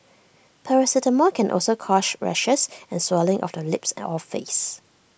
paracetamol can also cause rashes and swelling of the lips or face